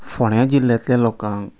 फोण्या जिल्ल्यांतल्या लोकांक